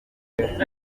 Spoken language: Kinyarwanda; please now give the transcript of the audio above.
ese